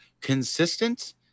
consistent